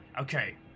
Okay